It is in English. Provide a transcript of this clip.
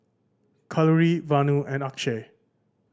Kalluri Vanu and Akshay